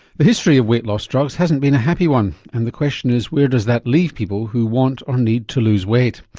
the history of weight loss drugs hasn't been a happy one and the question is where does that leave people who want or need to lose weight?